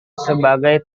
sebagai